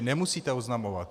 Nemusíte oznamovat.